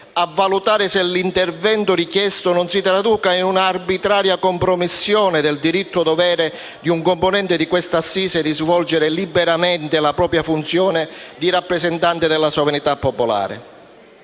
a valutare se l'intervento richiesto non si traduca in una arbitraria compressione del diritto-dovere di un componente di questa assise di svolgere liberamente la propria funzione di rappresentante della sovranità popolare.